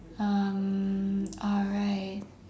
um alright